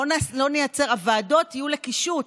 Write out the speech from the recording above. הוועדות יהיו לקישוט,